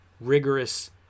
rigorous